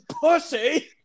pussy